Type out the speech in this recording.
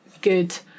good